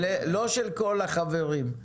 לא של כל החברים?